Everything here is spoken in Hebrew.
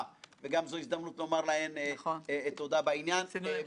אלא אם בשעתיים שהספקנו לדבר הם קראו את כל הדוח,